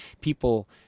people